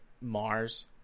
Mars